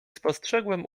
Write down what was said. spostrzegłem